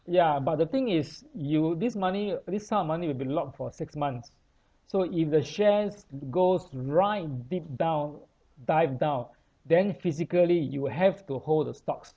ya but the thing is you this money this sum of money will be locked for six months so if the shares goes right deep down dive down then physically you will have to hold the stocks